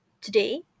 today